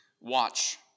Watch